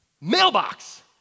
mailbox